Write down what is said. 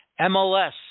MLS